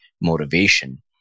motivation